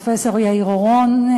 פרופסור יאיר אורון,